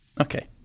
Okay